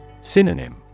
Synonym